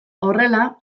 horrela